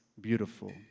beautiful